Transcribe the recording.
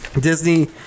Disney